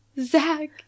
Zach